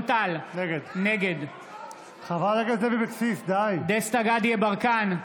נגד דסטה גדי יברקן,